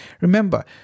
Remember